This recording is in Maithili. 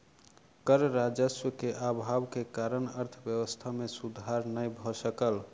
कर राजस्व के अभाव के कारण अर्थव्यवस्था मे सुधार नै भ सकल